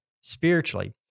spiritually